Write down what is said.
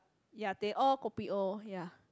ya teh O kopi O ya